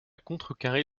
contrecarrer